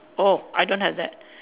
oh I don't have that